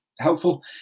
helpful